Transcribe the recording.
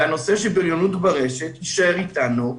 הנושא של בריונות ברשת יישאר אתנו.